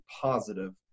positive